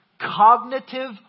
cognitive